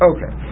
Okay